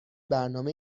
برنامه